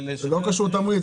זה לא קשור לתמריץ.